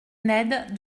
ned